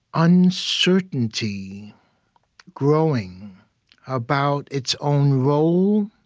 uncertainty growing about its own role,